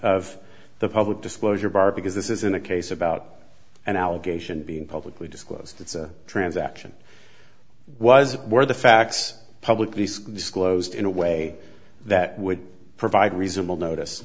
of the public disclosure bar because this isn't a case about an allegation being publicly disclosed it's a transaction was where the facts publicly disclosed in a way that would provide reasonable notice